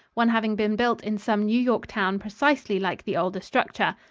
one having been built in some new york town precisely like the older structure.